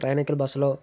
ప్రయాణికులు బస్లో